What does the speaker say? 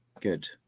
good